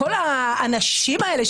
כל האנשים האלה,